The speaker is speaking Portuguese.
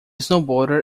snowboarder